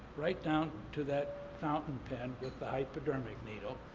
right down to that fountain pen with the hypodermic needle.